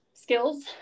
skills